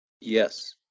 Yes